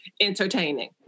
entertaining